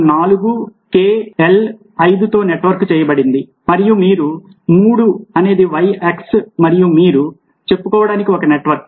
నాలుగు k l 5తో network చేయబడింది మరియు మీరు మూడు అనేది y x మరియు మీరు చెప్పుకొవడానికి ఒక నెట్వర్క్